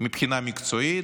מבחינה מקצועית,